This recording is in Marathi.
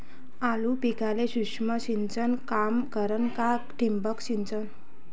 आलू पिकाले सूक्ष्म सिंचन काम करन का ठिबक सिंचन?